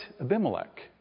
Abimelech